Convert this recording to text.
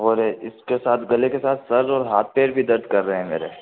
और इसके साथ गले के साथ सर और हाथ पैर भी दर्द कर रहे है मेरे